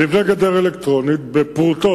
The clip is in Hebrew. אז נבנה גדר אלקטרונית בפרוטות,